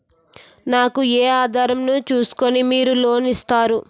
నాకు ఏ ఆధారం ను చూస్కుని మీరు లోన్ ఇస్తారు?